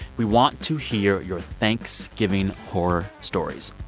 we want to hear your thanksgiving horror stories.